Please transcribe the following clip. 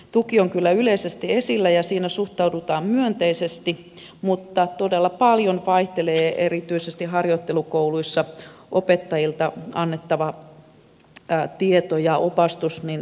tuki on kyllä yleisesti esillä ja siihen suhtaudutaan myönteisesti mutta todella paljon vaihtelee erityisesti harjoittelukouluissa opettajien antama tieto ja opastus